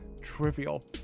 trivial